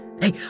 Hey